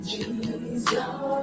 Jesus